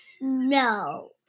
no